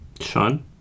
Sean